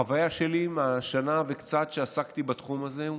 החוויה שלי מהשנה וקצת שעסקתי בתחום הזה היא